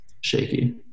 shaky